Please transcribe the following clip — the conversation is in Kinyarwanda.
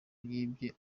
yibye